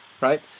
right